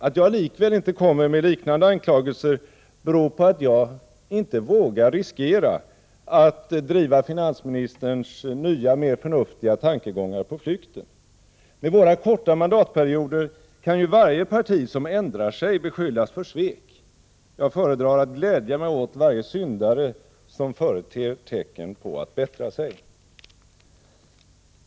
Att jag likväl inte kommer med liknande anklagelser beror på att jag inte vågar riskera att driva finansministerns nya mer förnuftiga tankegångar på flykten. Med våra korta mandatperioder kan varje parti som ändrar sig beskyllas för svek. Jag föredrar att glädja mig åt varje syndare som företer tecken på att bättra sig.